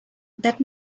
that